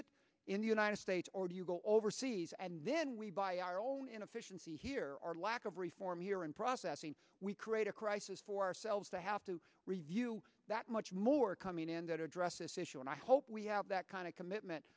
it in the united states or do you go overseas and then we buy our own inefficiency here or lack of reform here in processing we create a crisis for ourselves to have to review that much more coming and address this issue and i hope we have that kind of commitment